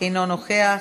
אינו נוכח,